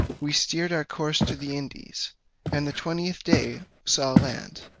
we steered our course to the indies and the twentieth day saw land.